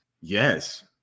Yes